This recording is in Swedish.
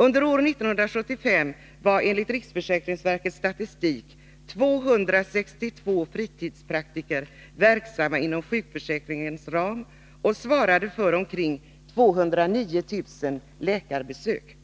Under år 1975 var enligt riksförsäkringsverkets statistik 262 fritidspraktiker verksamma inom sjukförsäkringens ram och svarade för omkring 209 000 läkarbesök.